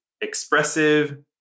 expressive